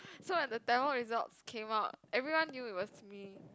so when the tamil results came out everyone knew it was me